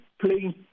playing